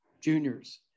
juniors